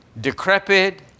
decrepit